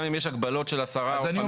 גם אם יש הגבלות של 10 או 15. זה בחוק.